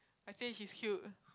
I say she's cute